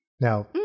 Now